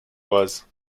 was